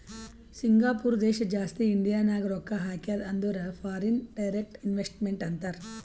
Singapore ದೇಶ ಜಾಸ್ತಿ ಇಂಡಿಯಾನಾಗ್ ರೊಕ್ಕಾ ಹಾಕ್ಯಾದ ಅಂದುರ್ ಫಾರಿನ್ ಡೈರೆಕ್ಟ್ ಇನ್ವೆಸ್ಟ್ಮೆಂಟ್ ಅಂತಾರ್